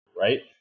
right